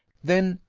then,